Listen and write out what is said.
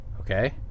okay